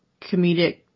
comedic